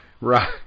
Right